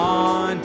on